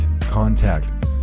contact